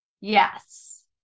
yes